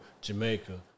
Jamaica